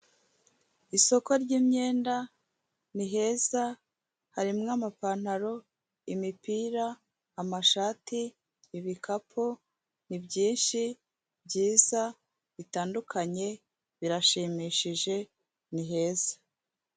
Isoko ry'imyenda ni heza harimo amapantaro, imipira, amashati, ibikapu ni byinshi byiza bitandukanye; birashimishije ni heza.